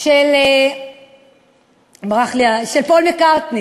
של פול מקרטני